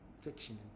fiction